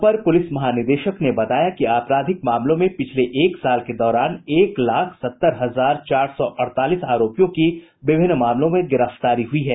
अपर पुलिस महानिदेशक ने बताया कि आपराधिक मामलों में पिछले एक साल के दौरान एक लाख सत्तर हजार चार सौ अड़तालीस आरोपियों की विभिन्न मामलों में गिरफ्तारी हुई है